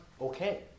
okay